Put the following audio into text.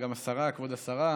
גם השרה, כבוד השרה.